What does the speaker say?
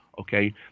okay